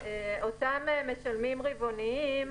אותם משלמים רבעוניים